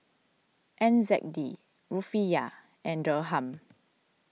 N Z D Rufiyaa and Dirham